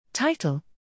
title